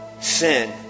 Sin